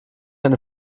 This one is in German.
eine